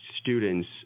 students